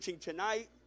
tonight